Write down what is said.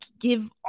give